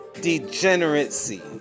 degeneracy